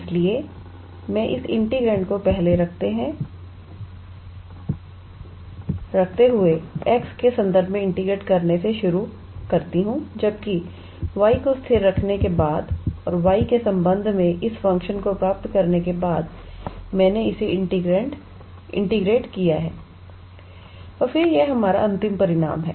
इसलिए मैं इस इंटीग्रैंड को पहले रखते हुए x के संदर्भ में इंटीग्रेट करने से शुरू जबकि y को स्थिर रखने के बाद और y के संबंध में इस फ़ंक्शन को प्राप्त करने के बाद मैंने इसे इंटीग्रेट किया और फिर यह हमारा अंतिम परिणाम है